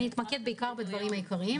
אני אתמקד בדברים העיקריים.